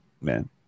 man